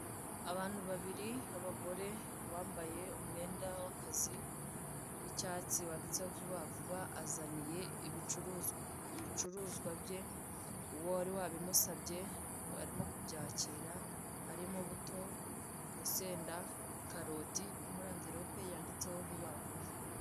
Abantu babiri abagore, uwambaye umwenda w'akazi w'icyatsi wanditseho vuba vuba, azaniye ibicuruzwa bye uwo wari wabimusabye, arimo kubyakira harimo buto, urusenda, karoti biri muri enverope yanditseho vuba vuba.